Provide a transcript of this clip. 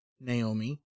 Naomi